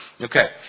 Okay